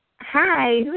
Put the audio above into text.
Hi